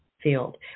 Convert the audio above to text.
field